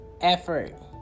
Effort